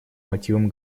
мотивам